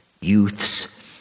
youths